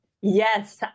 Yes